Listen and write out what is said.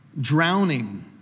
drowning